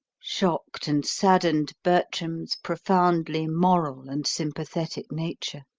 shocked and saddened bertram's profoundly moral and sympathetic nature.